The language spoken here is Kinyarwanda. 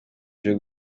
uje